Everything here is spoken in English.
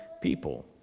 people